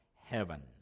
heaven